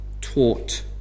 taught